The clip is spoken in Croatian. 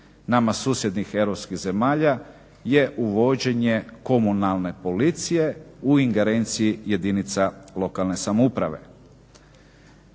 nama susjednih europskih zemalja je uvođenje komunalne policije u ingerenciji jedinica lokalne samouprave.